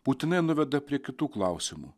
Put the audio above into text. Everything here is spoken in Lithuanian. būtinai nuveda prie kitų klausimų